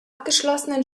abgeschlossenen